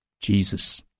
Jesus